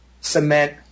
cement